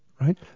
Right